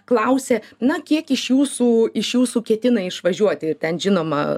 klausia na kiek iš jūsų iš jūsų ketina išvažiuoti ten žinoma